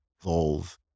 evolve